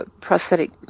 prosthetic